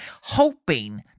hoping